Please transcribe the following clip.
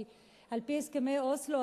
כי על-פי הסכמי אוסלו,